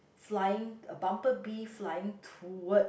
flying a bumble bee flying toward